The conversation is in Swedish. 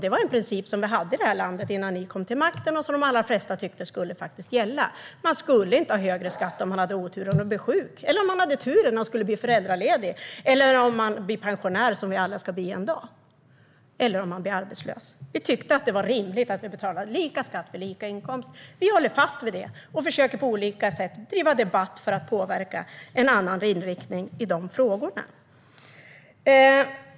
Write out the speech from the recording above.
Det var en princip som vi hade i det här landet innan ni kom till makten och som de allra flesta tyckte skulle gälla. Man skulle inte ha högre skatt om man hade oturen att bli sjuk, om man hade turen att bli föräldraledig, om man blev pensionär, som vi ju alla ska bli en dag, eller om man blev arbetslös. Vi tyckte att det var rimligt att vi betalade lika skatt för lika inkomst. Vi håller fast vid detta och försöker på olika sätt driva debatt för att påverka, så att det blir en annan inriktning i de frågorna.